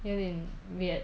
有点 weird